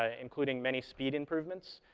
ah including many speed improvements.